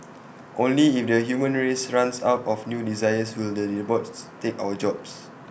only if the human race runs out of new desires will the robots take our jobs